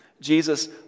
Jesus